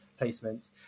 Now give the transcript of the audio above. placements